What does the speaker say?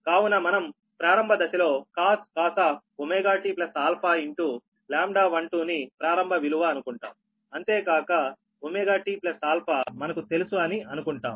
కావున మనం ప్రారంభదశలో cos ωtα λ12 ని ప్రారంభ విలువ అనుకుంటాం అంతేకాక ωtα మనకు తెలుసు అని అనుకుంటాం